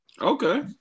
Okay